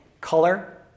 color